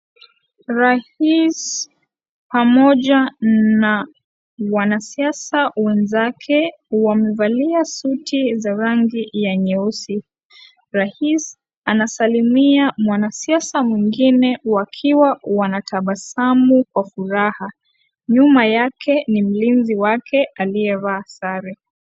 Rais pamoja na wanasiasa wenzake wamevalia suti za rangi ya nyeusi. Rais anasalimia mwanasiasa mwingine wakiwa wanatabasamu kwa furaha. Nyuma yake ni mlinzi wake aliyevaa sare.